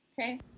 okay